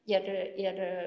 ir ir